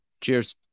Cheers